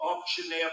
auctioneer